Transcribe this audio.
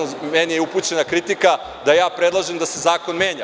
Meni je upućena kritika da ja predlažem da se zakon menja.